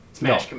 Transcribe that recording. no